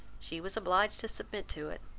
she was obliged to submit to it.